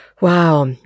Wow